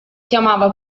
chiamava